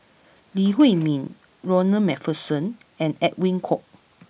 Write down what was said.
Lee Huei Min Ronald MacPherson and Edwin Koek